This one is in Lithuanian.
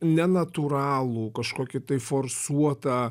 nenatūralų kažkokį tai forsuotą